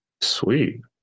Sweet